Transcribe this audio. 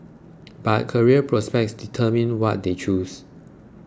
but career prospects determined what they chose